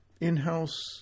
in-house